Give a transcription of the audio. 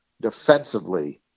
defensively